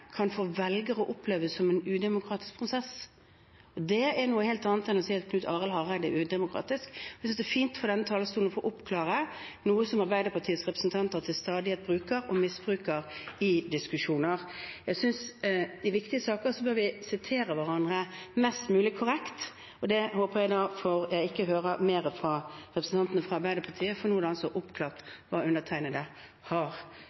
kan oppfattes som en udemokratisk prosess. Det er noe helt annet enn å si at Knut Arild Hareide er udemokratisk. Jeg synes det er fint å få oppklare fra denne talerstolen noe som Arbeiderpartiets representanter til stadighet bruker og misbruker i diskusjoner. I viktige saker bør vi sitere hverandre mest mulig korrekt. Dette håper jeg derfor jeg ikke får høre mer fra representantene fra Arbeiderpartiet, for nå er det altså oppklart hva undertegnede har